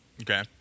Okay